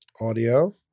Audio